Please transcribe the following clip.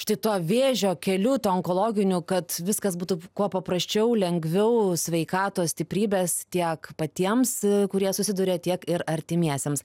štai tuo vėžio keliu tuo onkologiniu kad viskas būtų kuo paprasčiau lengviau sveikatos stiprybės tiek patiems kurie susiduria tiek ir artimiesiems